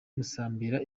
musambira